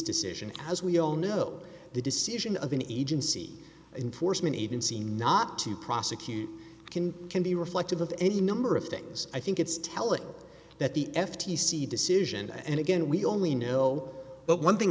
decision as we all know the decision of an agency enforcement agency not to prosecute can can be reflective of any number of things i think it's telling that the f t c decision and again we only know but one thing